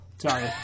Sorry